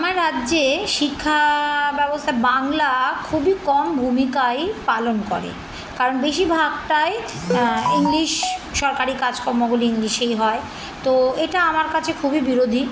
আমার রাজ্যে শিক্ষা ব্যবস্থা বাংলা খুবই কম ভূমিকায় পালন করে কারণ বেশিরভাগটাই ইংলিশ সরকারি কাজকর্মগুলি ইংলিশেই হয় তো এটা আমার কাছে খুবই বিরোধী